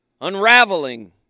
Unraveling